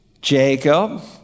Jacob